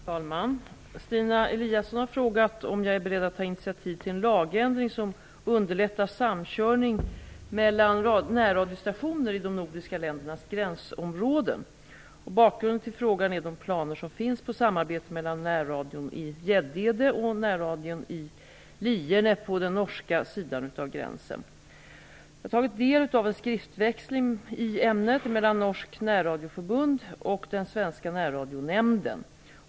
Fru talman! Stina Eliasson har frågat om jag är beredd att ta initiativ till en lagändring som underlättar samkörning mellan närradiostationer i de nordiska ländernas gränsområden. Bakgrunden till frågan är de planer som finns på samarbete mellan närradion i Gäddede och närradion i Lierne på den norska sidan av gränsen. Jag har tagit del av en skriftväxling i ämnet mellan Närradionämnden.